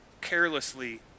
Carelessly